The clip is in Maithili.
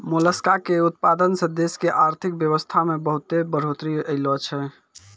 मोलसका के उतपादन सें देश के आरथिक बेवसथा में बहुत्ते बढ़ोतरी ऐलोॅ छै